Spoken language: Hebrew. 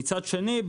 מצד שני,